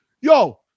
yo